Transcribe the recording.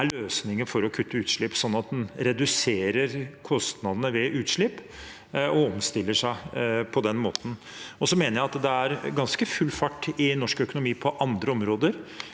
er løsninger for å kutte utslipp sånn at en reduserer kostnadene ved utslipp og omstiller seg på den måten. Jeg mener også at det er ganske full fart i norsk økonomi på andre områder,